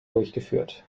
durchgeführt